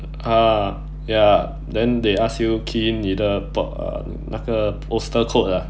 ah ya then they ask you key in 你的那个 postal code ah